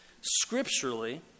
Scripturally